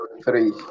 three